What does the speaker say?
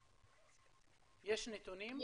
יש נתונים?